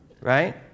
right